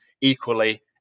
Equally